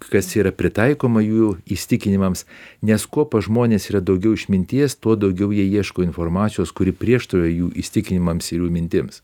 kas yra pritaikoma jų įsitikinimams nes kuo pas žmones yra daugiau išminties tuo daugiau jie ieško informacijos kuri prieštarauja jų įsitikinimams ir jų mintims